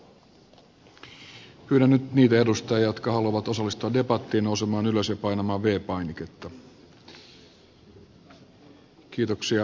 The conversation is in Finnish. pyydän nyt niitä edustajia jotka haluavat osallistua debattiin nousemaan ylös ja painamaan v painiketta